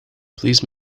please